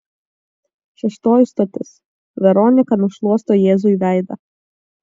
šeštoji stotis veronika nušluosto jėzui veidą